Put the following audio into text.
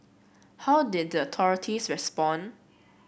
how did the authorities respond